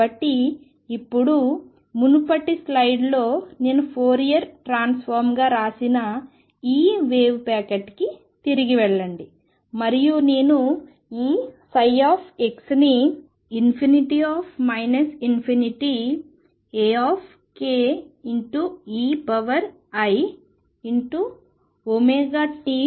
కాబట్టి ఇప్పుడు మునుపటి స్లయిడ్లో నేను ఫోరియర్ ట్రాన్స్ఫార్మ్గా వ్రాసిన ఈ వేవ్ ప్యాకెట్కి తిరిగి వెళ్లండి మరియు నేను ఈ ψని ∞ Akeiωt kxdk